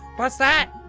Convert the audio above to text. what's that?